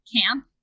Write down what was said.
camp